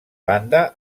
banda